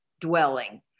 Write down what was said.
dwelling